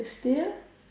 but still